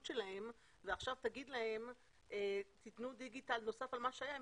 שלהם ועכשיו תגיד להם שייתנו דיגיטל נוסף על מה שהיה,